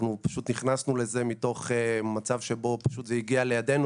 אנחנו פשוט נכנסנו לזה ממצב שזה הגיע לידינו